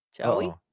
Joey